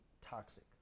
toxic